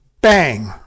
Bang